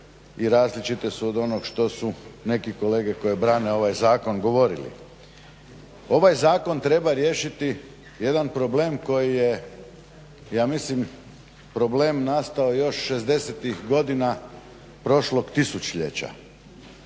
i različite su od onog što su neki kolege koji brane ovaj zakon govorili. Ovaj zakon treba riješiti jedan problem koji je ja mislim problem nastao još šezdesetih godina prošlog tisućljeća.